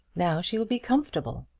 now she will be comfortable.